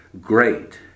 great